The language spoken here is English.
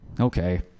okay